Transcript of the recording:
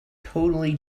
totally